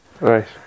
Right